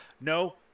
no